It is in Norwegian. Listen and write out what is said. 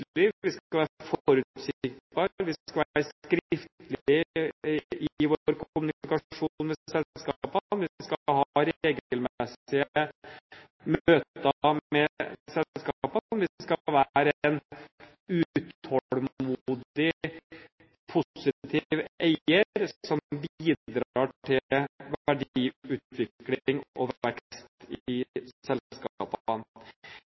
forutsigbare i vår kommunikasjon med selskapene. Vi skal ha regelmessige møter med selskapene. Vi skal være en utålmodig, positiv eier, som bidrar til verdiutvikling